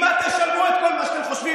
עם מה תשלמו את כל מה שאתם חושבים?